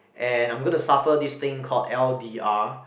and I'm gonna suffer this thing called L_D_R